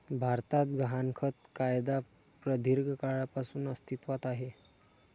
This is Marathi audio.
भारतात गहाणखत कायदा प्रदीर्घ काळापासून अस्तित्वात आहे